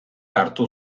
hartu